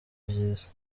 vyiza